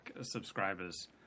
subscribers